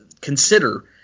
consider